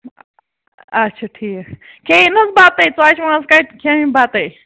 اَچھا ٹھیٖک کھیٚیِن حظ بَتَے ژۄچہِ ماز کَتہِ کھِیٚیِن بَتَے